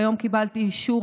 והיום קיבלתי אישור.